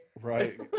right